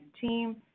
team